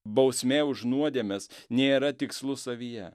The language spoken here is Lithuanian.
bausmė už nuodėmes nėra tikslu savyje